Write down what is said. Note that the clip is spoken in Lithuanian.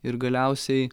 ir galiausiai